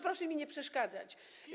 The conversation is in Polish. Proszę mi nie przeszkadzać.